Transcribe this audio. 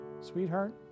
Sweetheart